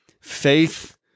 faith